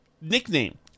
nickname